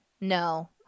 No